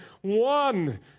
one